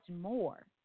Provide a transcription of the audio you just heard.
more